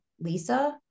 Lisa